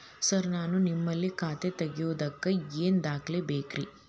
Sir ನಾನು ನಿಮ್ಮಲ್ಲಿ ಖಾತೆ ತೆರೆಯುವುದಕ್ಕೆ ಏನ್ ದಾಖಲೆ ಬೇಕ್ರಿ?